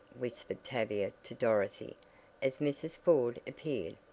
whispered tavia to dorothy as mrs. ford appeared.